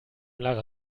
lara